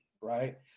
right